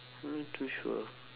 not too sure